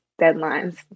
deadlines